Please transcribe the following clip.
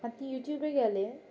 আর ইউটিউবে গেলে